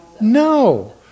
No